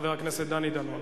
חבר הכנסת דני דנון.